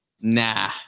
nah